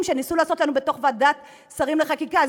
שניסו לעשות להם בתוך ועדת שרים לחקיקה.